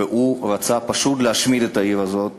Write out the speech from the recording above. והוא רצה פשוט להשמיד את העיר הזאת